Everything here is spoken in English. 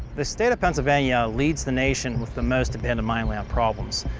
the state of pennsylvania leads the nation with the most abandoned mine land problems.